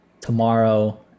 tomorrow